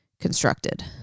constructed